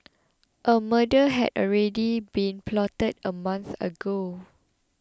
a murder had already been plotted a month ago